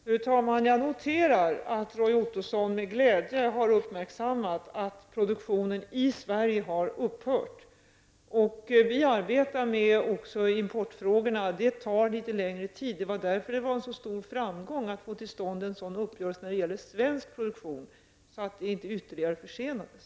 Fru talman! Jag noterar med glädje att Roy Ottosson har uppmärksammat att produktionen i Sverige har upphört. Regeringen arbetar också med importfrågorna. Det tar litet längre tid. Det var därför en stor framgång att få till stånd en uppgörelse om svensk produktion så att inte arbetet ytterligare försenades.